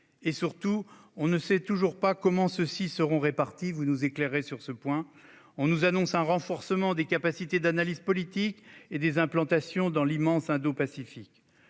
Surtout, on ne sait toujours pas comment ceux-ci seront répartis- vous nous éclairerez sur ce point, madame la ministre. On nous annonce un renforcement des capacités d'analyse politique et des implantations dans l'immense Indo-Pacifique.